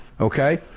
Okay